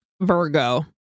Virgo